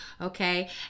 Okay